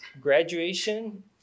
graduation